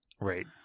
Right